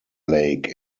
lake